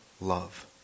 Love